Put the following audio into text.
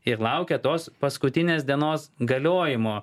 ir laukia tos paskutinės dienos galiojimo